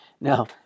Now